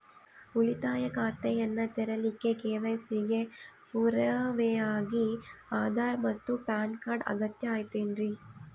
ಉಳಿತಾಯ ಖಾತೆಯನ್ನ ತೆರಿಲಿಕ್ಕೆ ಕೆ.ವೈ.ಸಿ ಗೆ ಪುರಾವೆಯಾಗಿ ಆಧಾರ್ ಮತ್ತು ಪ್ಯಾನ್ ಕಾರ್ಡ್ ಅಗತ್ಯ ಐತೇನ್ರಿ?